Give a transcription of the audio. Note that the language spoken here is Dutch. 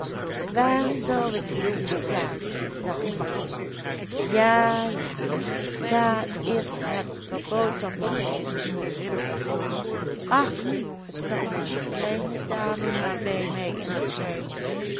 waar zou ik naar toe gaan dacht hij ja ja daar is het kaboutermannetje de schuld van ach zat die kleine dame maar bij mij in het schuitje